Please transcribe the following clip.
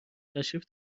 تشریف